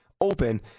open